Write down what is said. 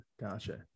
Gotcha